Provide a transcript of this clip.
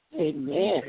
amen